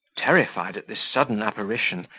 terrified at this sudden apparition,